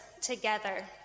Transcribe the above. together